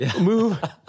Move